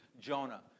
Jonah